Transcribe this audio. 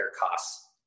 costs